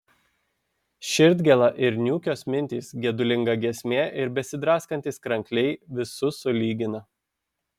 širdgėla ir niūkios mintys gedulinga giesmė ir besidraskantys krankliai visus sulygina